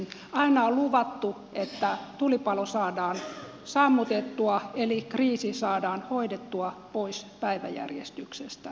aina on luvattu että tulipalo saadaan sammutettua eli kriisi saadaan hoidettua pois päiväjärjestyksestä